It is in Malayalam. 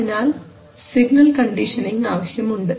അതിനാൽ സിഗ്നൽ കണ്ടീഷനിംഗ് ആവശ്യമുണ്ട്